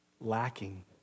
lacking